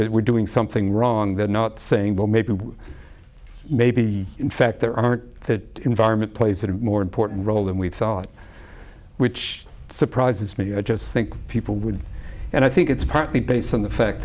they were doing something wrong they're not saying well maybe we maybe in fact there aren't that environment plays a more important role than we thought which surprises me i just think people would and i think it's partly based on the fact